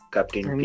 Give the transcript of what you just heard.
Captain